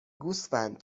گوسفند